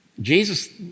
Jesus